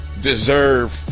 deserve